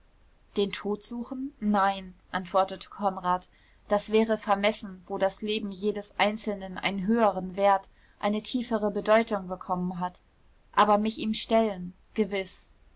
den tod suchen nein antwortete konrad das wäre vermessen wo das leben jedes einzelnen einen höheren wert eine tiefere bedeutung bekommen hat aber mich ihm stellen gewiß